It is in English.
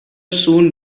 soon